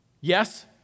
yes